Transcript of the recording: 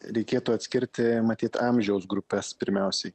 reikėtų atskirti matyt amžiaus grupes pirmiausiai